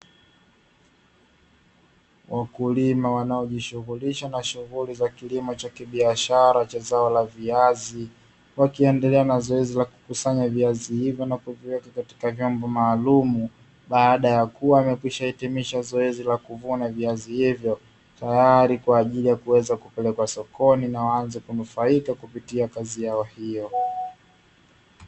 Wakulima wanaojishughulisha na shughuli za kilimo cha kibiashara cha zao la viazi, wakiendelea na zoezi la kukusanya viazi hivyo na kuzuia katika vyombo maalumu baada ya kuwa amekwishahitimisha zoezi la kuvuna viazi hivyo tayari kwa ajili ya kuweza kupelekwa sokoni na waanze kunufaika kupitia kazi yao hiyo.